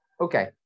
Okay